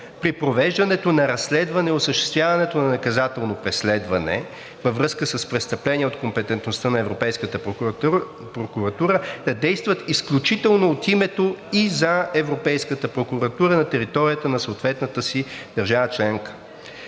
при провеждането на разследване, осъществяването на наказателно преследване във връзка с престъпления от компетентността на Европейската прокуратура да действат изключително от името и за Европейската прокуратура на територията на съответната си държава членка.“